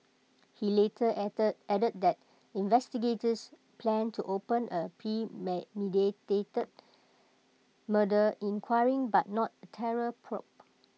he later add added that investigators planned to open A premeditated murder inquiry but not A terror probe